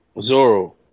Zoro